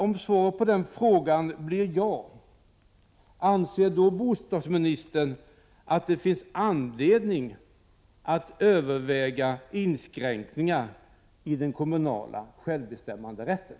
Om svaret på denna fråga blir ja, anser bostadsministern då att det finns anledning att överväga inskränkningar i den kommunala självbestämmanderätten?